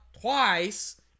twice